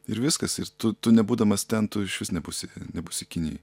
ir viskas ir tu tu nebūdamas ten tu išvis nebūsi nebūsi kinijoj